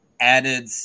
added